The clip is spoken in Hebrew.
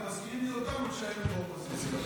אתם מזכירים לי אותנו כשהיינו באופוזיציה.